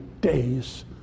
day's